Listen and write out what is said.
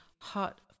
hot